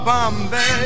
Bombay